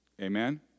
Amen